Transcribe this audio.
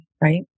right